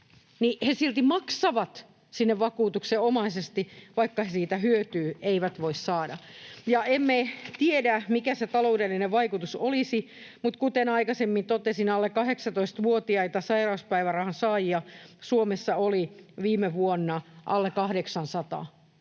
silti maksavat sinne vakuutuksenomaisesti, vaikka siitä hyötyä eivät voi saada. Emme tiedä, mikä se taloudellinen vaikutus olisi, mutta kuten aikaisemmin totesin, alle 18-vuotiaita sairauspäivärahan saajia Suomessa oli viime vuonna alle 800,